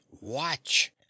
Watch